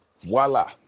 Voila